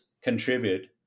contribute